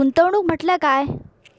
गुंतवणूक म्हटल्या काय?